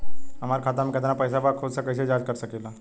हमार खाता में केतना पइसा बा त खुद से कइसे जाँच कर सकी ले?